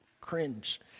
cringe